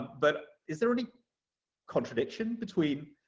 but is there any contradiction between